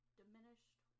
diminished